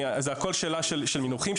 זה הכול שאלה של מינוחים,